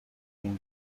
têm